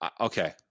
Okay